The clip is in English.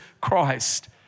Christ